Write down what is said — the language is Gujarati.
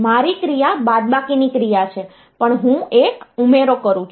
મારી ક્રિયા બાદબાકીની ક્રિયા છે પણ હું એક ઉમેરો કરું છું